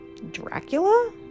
Dracula